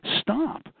stop